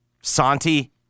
Santi